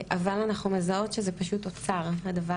אבל אנחנו מזהות שזה פשוט אוצר הדבר